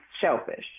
shellfish